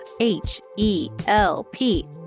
H-E-L-P